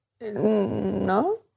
No